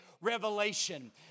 revelation